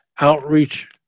Outreach